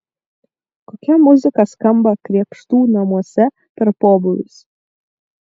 kokia muzika skamba krėpštų namuose per pobūvius